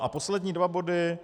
A poslední dva body.